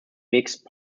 mixed